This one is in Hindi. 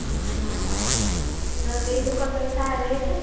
अच्छा तो रोहू का कैसा है रेट